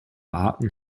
arten